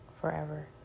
forever